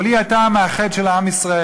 אבל היא הייתה המאחד של עם ישראל.